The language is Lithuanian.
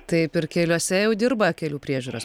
taip ir keliuose jau dirba kelių priežiūros